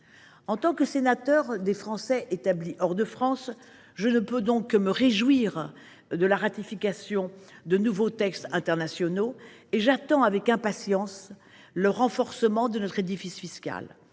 en tant que sénateur des Français établis hors de France, je ne puis que me réjouir de la ratification de nouveaux accords de cette nature. J’attends avec impatience le renforcement de notre édifice fiscal,